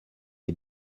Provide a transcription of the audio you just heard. est